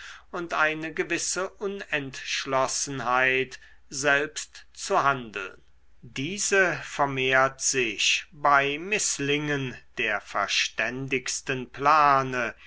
und eine gewisse unentschlossenheit selbst zu handeln diese vermehrt sich bei mißlingen der verständigsten plane